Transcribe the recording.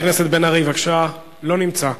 חבר הכנסת בן-ארי, בבקשה, לא נמצא.